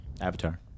Avatar